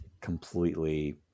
completely